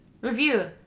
review